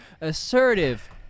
assertive